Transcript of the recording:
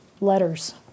letters